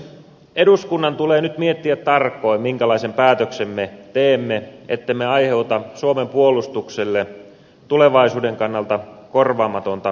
eduskunnan tulee nyt miettiä tarkoin minkälaisen päätöksen me teemme ettemme aiheuta suomen puolustukselle tulevaisuuden kannalta korvaamatonta vahinkoa